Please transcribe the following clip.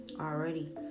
already